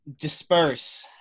disperse